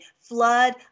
flood